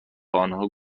آنها